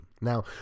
Now